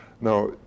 Now